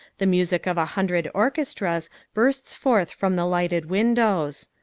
the music of a hundred orchestras bursts forth from the lighted windows.